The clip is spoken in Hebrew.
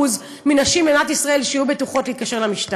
מהנשים במדינת ישראל שירגישו בטוחות להתקשר למשטרה.